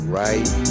right